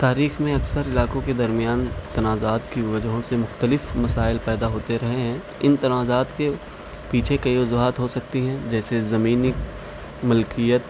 تاریخ میں اکثر علاقوں کے درمیان تنازعات کی وجہوں سے مختلف مسائل پیدا ہوتے رہے ہیں ان تنازعات کے پیچھے کئی وجوہات ہو سکتی ہیں جیسے زمینی ملکیت